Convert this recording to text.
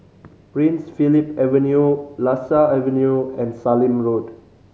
Prince Philip Avenue Lasia Avenue and Sallim Road